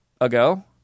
ago